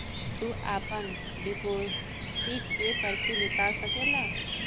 तू आपन डिपोसिट के पर्ची निकाल सकेला